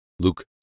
Luke